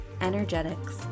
energetics